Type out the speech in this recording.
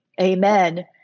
amen